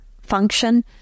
function